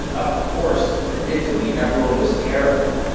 of course, predictably everyone was terrified.